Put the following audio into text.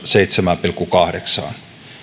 seitsemään pilkku kahdeksaan